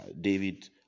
David